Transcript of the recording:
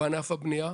בענף הבנייה.